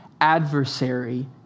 adversary